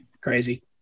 Crazy